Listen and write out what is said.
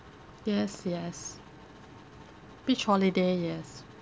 yes yes beach holiday yes